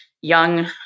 young